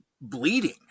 bleeding